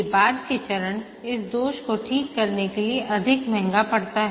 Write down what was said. कि बाद में चरण इस दोष को ठीक करने के लिए अधिक महंगा है